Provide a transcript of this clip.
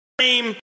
name